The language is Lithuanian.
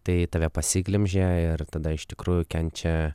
tai tave pasiglemžia ir tada iš tikrųjų kenčia